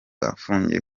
afungiye